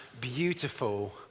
beautiful